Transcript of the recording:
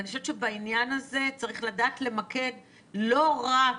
אני חושבת שבעניין הזה צריך לדעת למקד לא רק